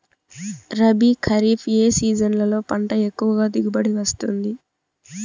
రబీ, ఖరీఫ్ ఏ సీజన్లలో పంట ఎక్కువగా దిగుబడి వస్తుంది